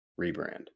rebrand